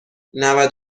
نود